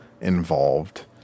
involved